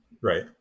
Right